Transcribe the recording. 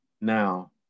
now